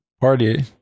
party